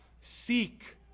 seek